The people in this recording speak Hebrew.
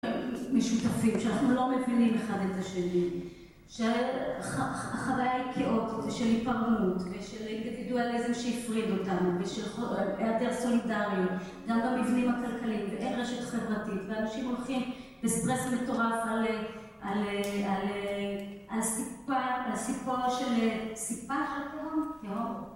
משותפים, שאנחנו לא מבינים אחד את השני, של.. החוויה היא כאוטית ושל היפרמות, ושל אידיבידואליזם שהפריד אותנו, ושל היעדר סולידריות, גם במבנים הכלכליים, ואין רשת חברתית, ואנשים הולכים בסטרס מטורף על סיפור.. על סיפו של סיפה של טרור